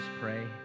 pray